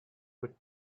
could